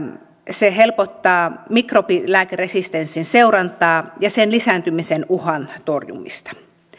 se helpottaa mikrobilääkeresistenssin seurantaa ja sen lisääntymisen uhan torjumista